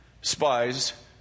spies